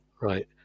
Right